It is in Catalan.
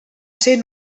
ser